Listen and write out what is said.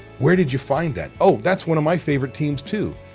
where did you find that? oh, that's one of my favorite teams too.